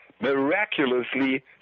miraculously